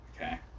Okay